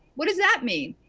what does that mean?